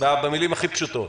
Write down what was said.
במילים הכי פשוטות.